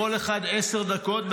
כל אחד עשר דקות,